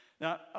Now